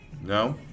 No